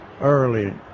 early